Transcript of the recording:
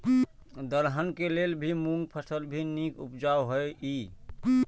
दलहन के लेल भी मूँग फसल भी नीक उपजाऊ होय ईय?